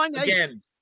again